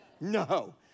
No